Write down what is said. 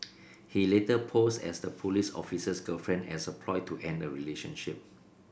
she later posed as the police officer's girlfriend as a ploy to end the relationship